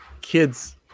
kids